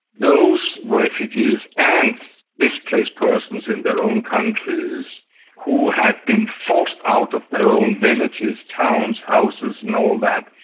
those refugees and displaced persons in their own countries who had been forced out of their own villages, towns, houses and all that,